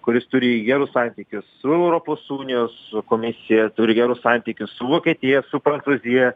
kuris turi gerus santykius su europos unijos su komisija turi gerus santykius su vokietija su prancūzija